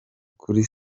kuri